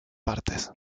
partes